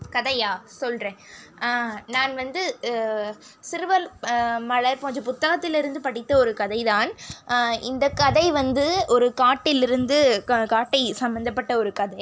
கதையா சொல்கிறேன் நான் வந்து சிறுவர் மலர் கொஞ்சம் புத்தகத்திலிருந்து படித்த ஒரு கதை தான் இந்த கதை வந்து ஒரு காட்டில் இருந்து கா காட்டை சம்பந்தப்பட்ட ஒரு கதை